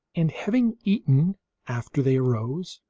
and having eaten after they arose,